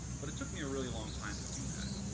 but it took me a really long time to do that.